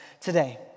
today